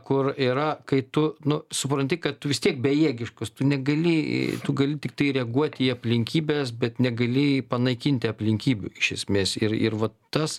kur yra kai tu nu supranti kad tu vis tiek bejėgiškas tu negali tu gali tiktai reaguoti į aplinkybes bet negali panaikinti aplinkybių iš esmės ir ir vat tas